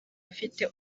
afite